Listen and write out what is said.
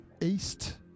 East